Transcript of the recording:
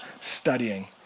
studying